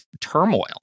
turmoil